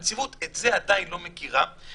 הנציבות עדיין לא מכירה את זה.